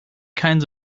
kinds